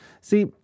see